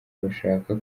bashaka